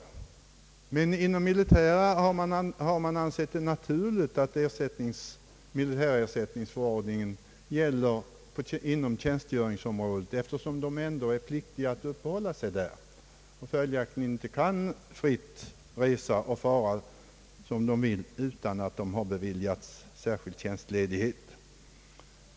Inom det militära har man ansett det naturligt att militärersättningsförordningen gäller inom tjänstgöringsområdet, eftersom de värnpliktiga är skyldiga att uppehålla sig där och följaktligen inte kan fritt resa och fara som de vill om de inte har erhållit särskild tjänstledighet.